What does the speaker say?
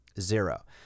zero